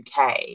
UK